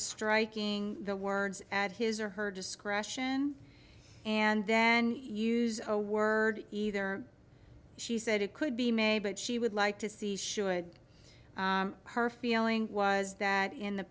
striking the words at his or her discretion and then use a word either she said it could be made but she would like to see should her feeling was that in the